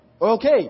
Okay